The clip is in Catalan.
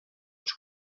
els